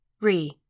Re